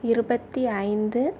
இருபத்தி ஐந்து